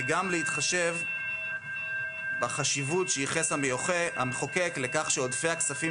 וגם להתחשב בחשיבות שייחס המחוקק לכך שעודפי הכספים